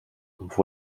obwohl